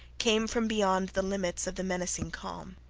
came from beyond the limits of the menacing calm.